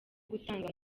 gutanga